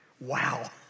Wow